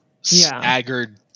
staggered